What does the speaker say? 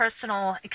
personal